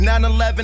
9-11